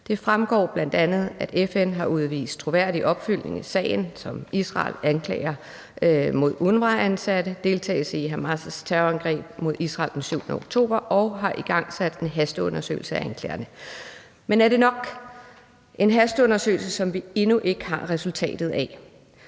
Det fremgår bl.a., at FN har udvist en troværdig opfølgning i sagen om Israels anklager mod UNRWA-ansatte om deltagelse i Hamas' terrorangreb mod Israel den 7. oktober, og at man har igangsat en hasteundersøgelse af anklagerne. Men er det nok med en hasteundersøgelse, som vi endnu ikke har resultatet af?